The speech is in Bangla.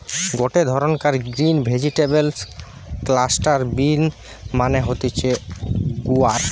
গটে ধরণকার গ্রিন ভেজিটেবল ক্লাস্টার বিন মানে হতিছে গুয়ার